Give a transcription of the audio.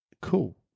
Cool